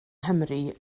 nghymru